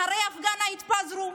אחרי ההפגנה התפזרו.